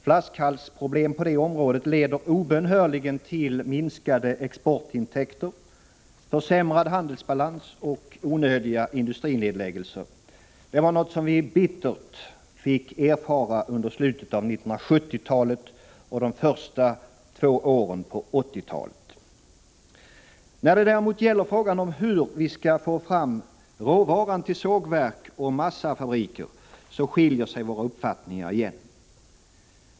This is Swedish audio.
Flaskhalsproblem på detta område leder obönhörligen till minskade exportintäkter, försämrad handelsbalans och onödiga industrinedläggelser. Det fick vi bittert erfara under slutet av 1970-talet och under de två första åren på 1980-talet. När det däremot gäller frågan om hur vi skall få fram råvaran till sågverk och massafabriker skiljer sig våra uppfattningar igen.